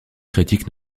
critique